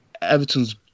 Everton's